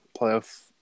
playoff